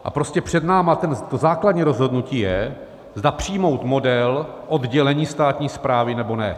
A prostě před námi to základní rozhodnutí je, zda přijmout model oddělení státní správy, nebo ne.